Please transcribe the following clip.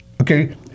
Okay